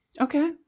okay